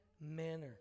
Manner